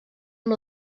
amb